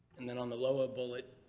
and then on the lower bullet,